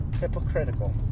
hypocritical